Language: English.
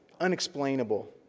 unexplainable